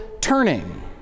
turning